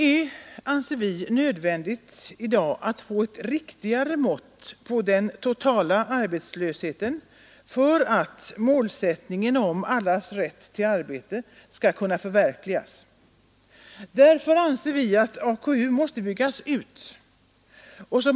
Vi anser att det i dag är nödvändigt att få ett riktigare mått på den totala arbetslösheten för att målsättningen om allas rätt till arbete skall kunna förverkligas. Därför måste AKU byggas ut.